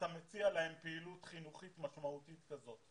אתה מציע להם פעילות חינוכית משמעותית כזאת.